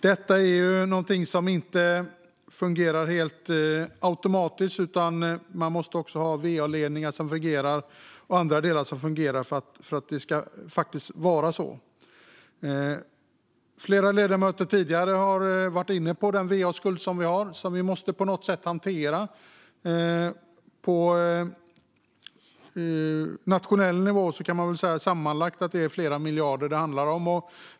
Detta är någonting som inte fungerar helt automatiskt, utan man måste ha va-ledningar och andra delar som fungerar för att det faktiskt ska vara så. Flera ledamöter har tidigare varit inne på den va-skuld som vi har och som vi på något sätt måste hantera. På nationell nivå kan man väl säga att det sammanlagt handlar om flera miljarder.